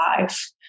life